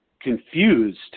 confused